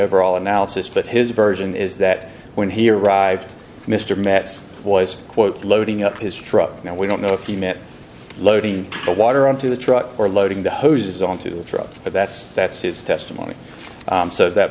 overall analysis but his version is that when he arrived mr metts voice quote loading up his truck now we don't know if he meant loading the water onto the truck or loading the hoses onto the truck but that's that's his testimony so that